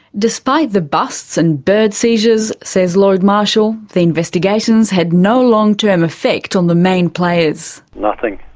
despite the busts and bird seizures, says lloyd marshall, the investigations had no long-term effect on the main players. nothing,